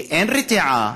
אין הרתעה,